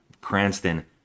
Cranston